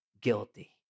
guilty